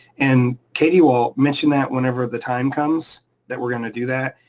and katie will mention that whenever the time comes that we're gonna do that,